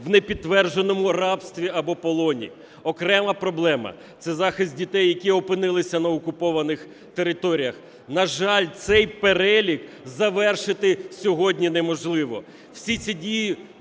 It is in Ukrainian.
в непідтвердженому рабстві або полоні; окрема проблема – це захист дітей, які опинилися на окупованих територіях. На жаль, цей перелік завершити сьогодні неможливо.